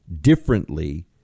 differently